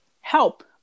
help